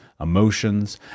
emotions